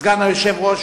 סגן היושב-ראש